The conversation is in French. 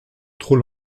trop